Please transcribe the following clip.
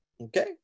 okay